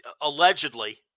allegedly